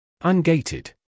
Ungated